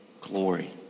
glory